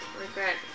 regret